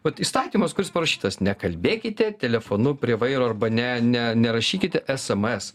vat įstatymas kuris parašytas nekalbėkite telefonu prie vairo arba ne ne nerašykite sms